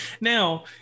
now